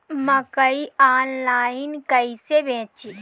मकई आनलाइन कइसे बेची?